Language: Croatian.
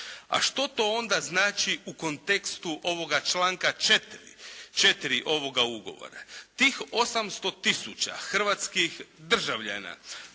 A što to onda znači u kontekstu ovoga članka 4. ovoga ugovora. Tih 800 000 hrvatskih državljana